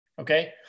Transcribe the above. okay